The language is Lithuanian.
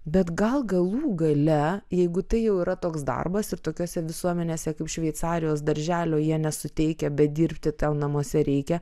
bet gal galų gale jeigu tai jau yra toks darbas ir tokiose visuomenėse kaip šveicarijos darželio jie nesuteikia bet dirbti tau namuose reikia